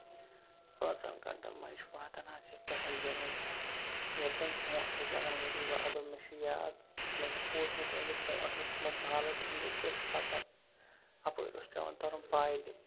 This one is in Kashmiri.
پانژھن گَنٹن منٛز چھُ واتان آز ییٚتہِ پٮ۪ٹھ جوٚم اِنسان ییٚتہِ زَن برونٹھ ٲسۍ لگان ؤری وادٕ مےٚ چھُ یاد مےٚ چھُ بوٗزمُت زِ برونٹھ ٲسۍ یِمَو بالَو ٹینگیو پٮ۪ٹھ پَکان اَپٲرۍ اوس پیوان تَرُن پایدٔلۍ